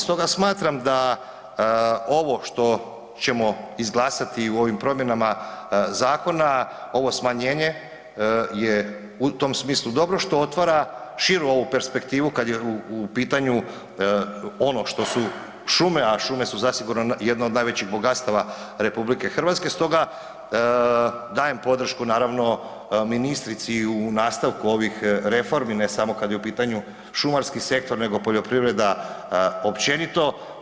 Stoga smatram da ovo što ćemo izglasati i u ovim promjenama zakona ovo smanjenje je u tom smislu dobro što otvara širu ovu perspektivu kad je u pitanju ono što su šume, a šume su zasigurno jedno od najvećih bogatstava RH, stoga dajem podršku naravno ministrici u nastavku ovih reformi, ne samo kad je u pitanju šumarski sektor nego poljoprivreda općenito.